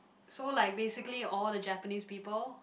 so like basically all the Japanese people